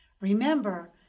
Remember